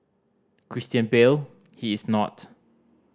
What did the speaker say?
Christian Bale he is not